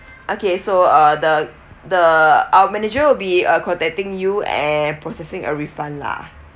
okay so uh the the our manager will be uh contacting you and processing a refund lah